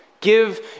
Give